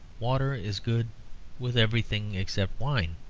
water is good with everything except wine.